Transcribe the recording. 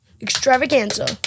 Extravaganza